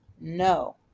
No